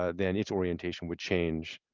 ah then its orientation would change